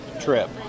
trip